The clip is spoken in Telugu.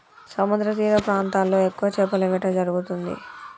సముద్రతీర ప్రాంతాల్లో ఎక్కువ చేపల వేట జరుగుతుంది